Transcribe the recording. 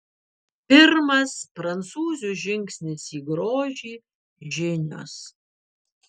pirmas prancūzių žingsnis į grožį žinios